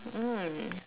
mm